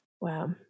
Wow